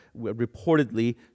reportedly